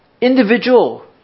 individual